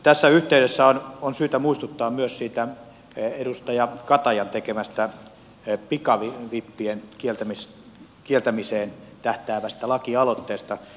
tässä yhteydessä on syytä muistuttaa myös siitä edustaja katajan tekemästä pikavippien kieltämiseen tähtäävästä lakialoitteesta